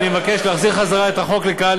אני מבקש להחזיר את החוק לכאן,